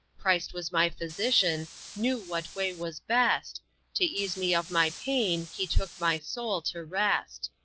christ was my physician knew what way was best to ease me of my pain he took my soul to rest.